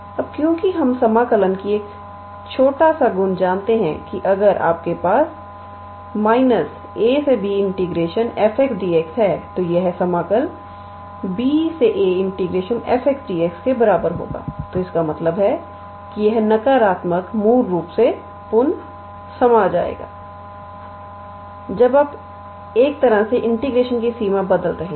अब क्योंकि हम समाकलन की एक छोटा सा गुण जानते हैं कि अगर आपके पास ab𝑓𝑥𝑑𝑥 है तो यह समाकल ba 𝑓𝑥𝑑𝑥 के बराबर होगा तो इसका मतलब है कि यह नकारात्मक मूल रूप से पुनः समा जाएगा जब आप एक तरह से इंटीग्रेशन की सीमा बदल रहे हैं